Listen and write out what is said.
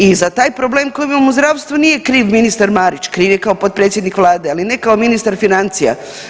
I za taj problem koji imamo u zdravstvu nije kriv ministar Marić, kriv je kao potpredsjednik Vlade, ali ne kao ministar financija.